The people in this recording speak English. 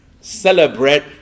celebrate